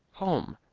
home.